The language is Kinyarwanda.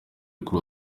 kuri